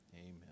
Amen